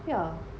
yeah